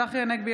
צחי הנגבי,